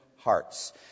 Hearts